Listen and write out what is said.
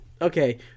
okay